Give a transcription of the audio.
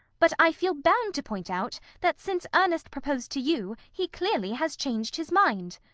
but i feel bound to point out that since ernest proposed to you he clearly has changed his mind.